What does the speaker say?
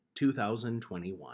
2021